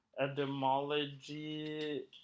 Etymology